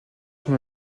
son